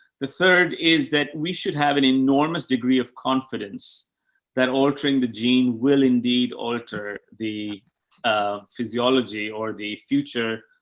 the third is that we should have an enormous degree of confidence that altering the gene will indeed alter the um physiology or the future.